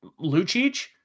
Lucic